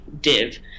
div